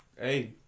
Hey